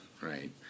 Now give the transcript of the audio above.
right